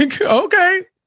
Okay